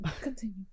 continue